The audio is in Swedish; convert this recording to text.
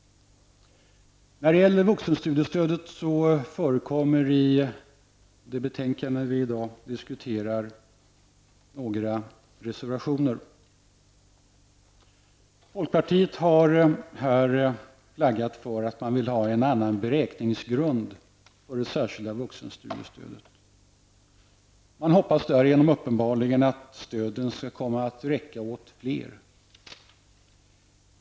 När det gäller vuxenstudiestödet finns till betänkandet som vi nu diskuterar några reservationer fogade. Folkpartiet har här flaggat för att man vill ha en annan beräkningsgrund för det särskilda vuxenstudiestödet. Man hoppas därigenom uppenbarligen att stöden skall komma att räcka åt fler.